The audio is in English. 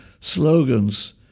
slogans